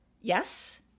Yes